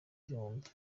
gihumbi